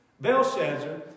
Belshazzar